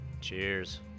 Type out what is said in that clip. Cheers